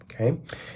okay